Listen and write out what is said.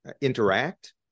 interact